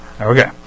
Okay